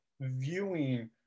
viewing